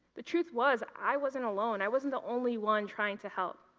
the truth was, i wasn't alone, i wasn't the only one trying to help.